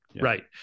Right